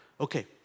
Okay